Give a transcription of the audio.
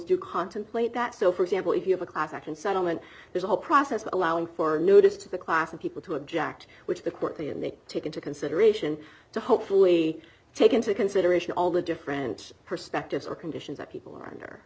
do contemplate that so for example if you have a class action settlement there's a whole process allowing for a notice to the class of people to object which the court they and they take into consideration to hopefully take into consideration all the different perspectives or conditions that people are under